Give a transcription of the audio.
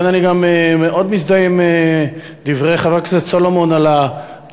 לכן אני גם מאוד מזדהה עם דברי חבר הכנסת סולומון על ההשוואה,